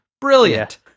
brilliant